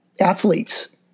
athletes